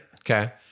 Okay